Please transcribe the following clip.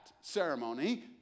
ceremony